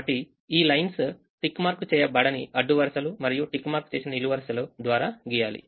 కాబట్టి ఈ lines tick mark చేయబడని అడ్డు వరుసలు మరియు టిక్ మార్క్ చేసిన నిలువు వరుసలు ద్వారా గీయాలి